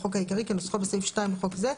לחוק העיקרי כנוסחו בסעיף 2 לחוק זה,